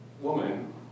woman